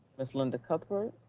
ms. linda cuthbert?